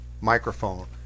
microphone